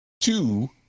two